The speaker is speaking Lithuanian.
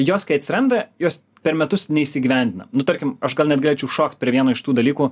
jos kai atsiranda jos per metus neįsigyvendina nu tarkim aš gal net galėčiau šokt prie vieno iš tų dalykų